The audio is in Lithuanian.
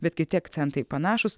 bet kiti akcentai panašūs